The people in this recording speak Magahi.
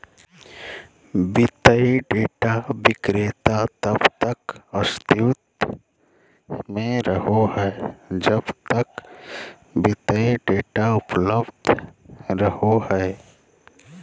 वित्तीय डेटा विक्रेता तब तक अस्तित्व में रहो हइ जब तक वित्तीय डेटा उपलब्ध रहो हइ